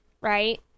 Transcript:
right